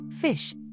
fish